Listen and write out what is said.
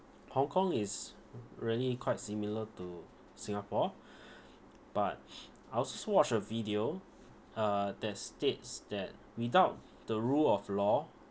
hong kong is really quite similar to singapore but I also watched a video uh that states that without the rule of law